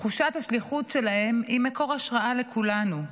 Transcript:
תחושת השליחות שלהם היא מקור השראה לכולנו.